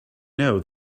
know